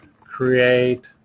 create